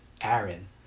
Aaron